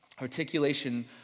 Articulation